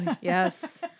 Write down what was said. Yes